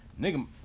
Nigga